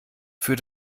für